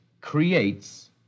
creates